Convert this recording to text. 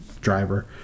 driver